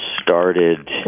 started